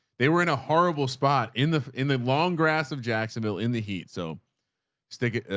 they were in a horrible spot in the, in the long grass of jacksonville in the heat. so stick,